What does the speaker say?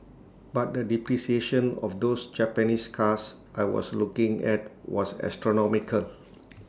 but the depreciation of those Japanese cars I was looking at was astronomical